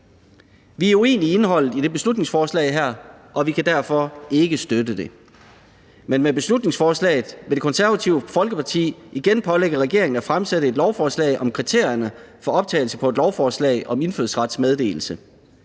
Vi er uenige i indholdet i det her beslutningsforslag, og vi kan derfor ikke støtte det. Men med beslutningsforslaget vil Det Konservative Folkeparti igen pålægge regeringen at fremsætte et lovforslag om kriterierne for optagelse på et lovforslag om indfødsretsmeddelelse.